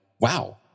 wow